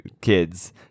kids